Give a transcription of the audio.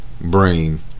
brain